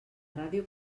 ràdio